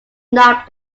not